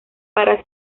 para